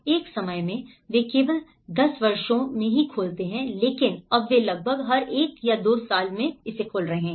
एक समय में वे केवल 10 वर्षों में खोलते थे लेकिन अब वे लगभग हर 1 या 2 साल खोल रहे हैं